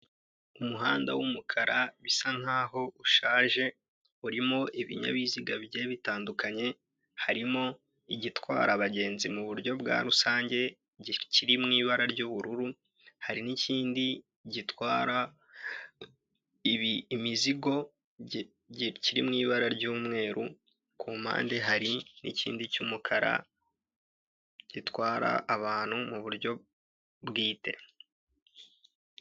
Umuhanda w'umukara bisa nkaho ushaje urimo ibinyabiziga bigiye bitandukanye, harimo igitwara abagenzi muburyo bwa rusangekiri mu ibara ry'ubururu hari n'ikindi gitwara imizigo kiri mu ibara ry'umweru kumpande hari n'ikindi cy'umukara gitwara abantu muburyo bwite.